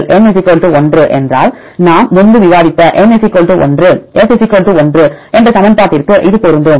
N 1 என்றால் நாம் முன்பு விவாதித்த N 1 F 1 என்ற சமன்பாட்டிற்கு இது பொருந்தும்